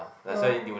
no